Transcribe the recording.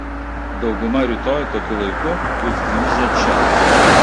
dauguma rytoj tokiu laiku bus grįžę čia